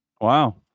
Wow